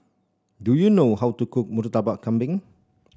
do you know how to cook Murtabak Kambing